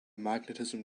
magnetism